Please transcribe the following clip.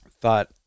thought